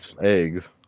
eggs